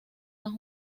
las